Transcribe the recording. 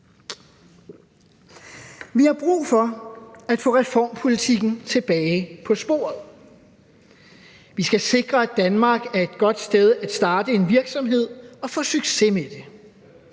Vi har brug for at få reformpolitikken tilbage på sporet. Vi skal sikre, at Danmark er et godt sted at starte en virksomhed og få succes med det.